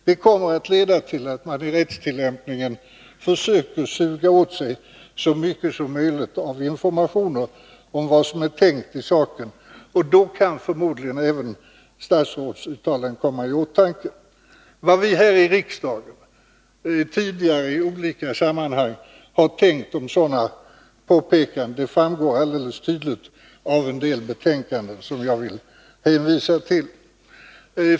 Det kommer att leda till att man i rättstillämpningen försöker suga åt sig så mycket som möjligt av informationer om vad som är tänkt i saken. Då kan förmodligen även statsrådsuttalanden komma i åtanke. Vad vi här i riksdagen tidigare i olika sammanhang har tyckt om sådana påpekanden framgår tydligt av en del betänkanden, som jag vill hänvisa till.